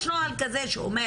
יש נוהל כזה שאומר